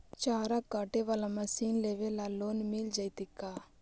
चारा काटे बाला मशीन लेबे ल लोन मिल जितै का?